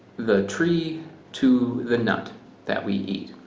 the tree to the nut that we eat.